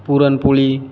puran poli